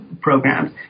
programs